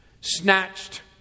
snatched